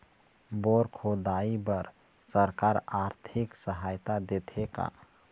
Bore खोदाई बर सरकार आरथिक सहायता देथे का?